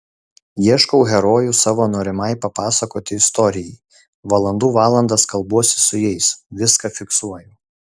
ieškau herojų savo norimai papasakoti istorijai valandų valandas kalbuosi su jais viską fiksuoju